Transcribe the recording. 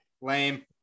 Lame